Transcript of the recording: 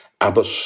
Abbott